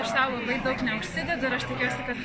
aš sau labai daug neužsidedu ir aš tikiuosi kad žmonės